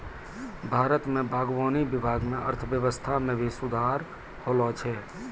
भारत मे बागवानी विभाग से अर्थव्यबस्था मे भी सुधार होलो छै